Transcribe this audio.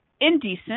indecent